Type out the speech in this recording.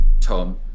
Tom